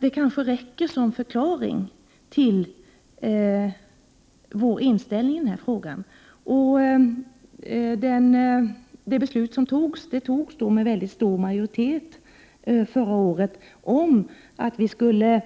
Det kanske räcker som förklaring till vår inställning i den här frågan. Det beslut som fattades förra året fick mycket stor majoritet. Vi skulle